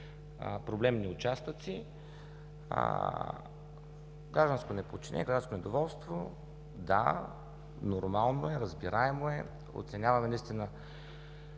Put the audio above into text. проблемни участъци. Гражданско неподчинение, гражданско недоволство – да, нормално е, разбираемо е, оценяваме крайно